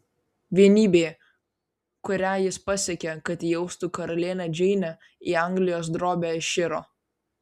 vienybė kurią jis pasiekė kad įaustų karalienę džeinę į anglijos drobę iširo